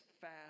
fast